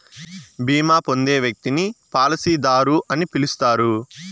బీమా పొందే వ్యక్తిని పాలసీదారు అని పిలుస్తారు